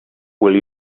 will